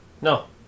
No